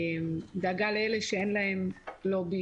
דאגה לאלה שאין להם לובי